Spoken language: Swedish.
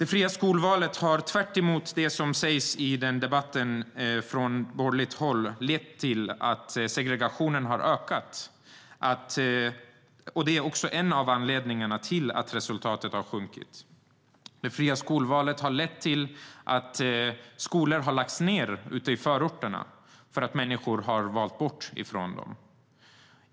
Tvärtemot vad som sägs från borgerligt håll i debatten har det fria skolvalet lett till att segregationen har ökat. Det är också en av anledningarna till att resultatet har sjunkit. Det fria skolvalet har lett till att skolor har lagts ned ute i förorterna, för att människor har valt bort dem.